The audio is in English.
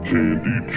Candy